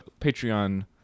patreon